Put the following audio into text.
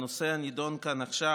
הנושא הנדון כאן עכשיו,